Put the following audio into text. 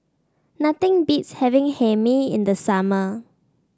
nothing beats having Hae Mee in the summer